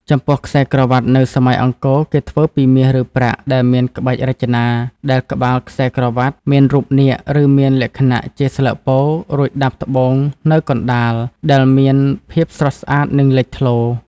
ចំពោះខ្សែក្រវាត់នៅសម័យអង្គរគេធ្វើពីមាសឬប្រាក់ដែលមានក្បាច់រចនាដែលក្បាលខ្សែក្រវ់ាតមានរូបនាគឬមានលក្ខណៈជាស្លឹកពោធិ៍រួចដាប់ត្បូងនៅកណ្ដាលដែលមានភាពស្រស់ស្អាតនិងលិចធ្លោ។